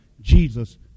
Jesus